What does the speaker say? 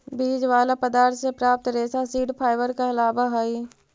बीज वाला पदार्थ से प्राप्त रेशा सीड फाइबर कहलावऽ हई